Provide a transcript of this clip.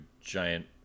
giant